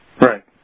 Right